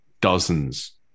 dozens